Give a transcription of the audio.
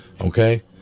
Okay